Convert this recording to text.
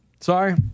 Sorry